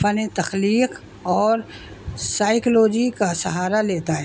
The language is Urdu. فن تخلیق اور سائیکلوجی کا سہارا لیتا ہے